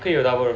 一定有 double room